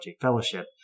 Fellowship